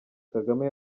kagame